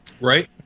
Right